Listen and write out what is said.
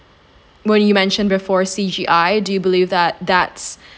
when you mentioned before C_G_I do you believe that that's